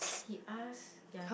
he ask ya